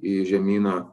į žemyną